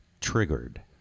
triggered